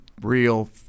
real